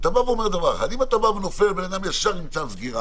אתה בא ואומר דבר אחד: אם אתה נופל על בן אדם ישר עם צו סגירה,